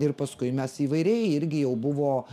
ir paskui mes įvairiai irgi jau buvo